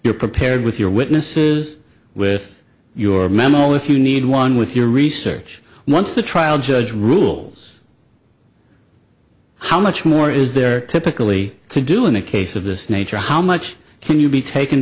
you're prepared with your witnesses with your memo if you need one with your research once the trial judge rules how much more is there typically to do in a case of this nature how much can you be taken